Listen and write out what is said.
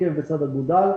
עקב בצד אגודל,